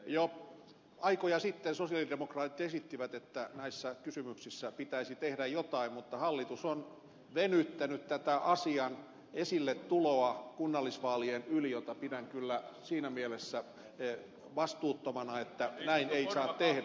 jo aikoja sitten sosialidemokraatit esittivät että näissä kysymyksissä pitäisi tehdä jotain mutta hallitus on venyttänyt tätä asian esilletuloa kunnallisvaalien yli mitä pidän kyllä siinä mielessä vastuuttomana että näin ei saa tehdä